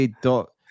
dot